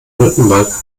rückenmark